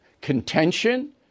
contention